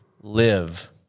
live